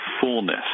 fullness